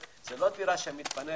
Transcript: זו לא דירה שמתפנית,